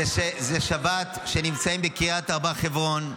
וזו שבת שנמצאים בה בקריית ארבע-חברון.